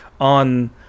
on